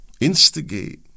Instigate